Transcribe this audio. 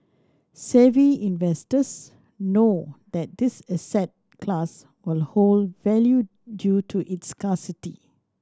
savvy investors know that this asset class will hold value due to its scarcity